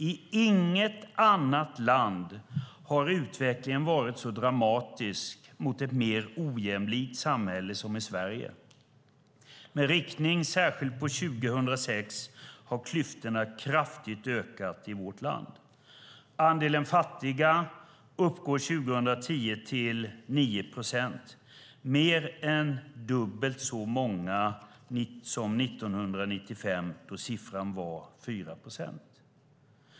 I inget annat land har utvecklingen varit så dramatisk mot ett mer ojämlikt samhälle som i Sverige. Särskilt sedan 2006 har klyftorna ökat kraftigt i vårt land. Andelen fattiga uppgår 2010 till 9 procent, mer än dubbelt så många som 1995, då siffran var 4 procent.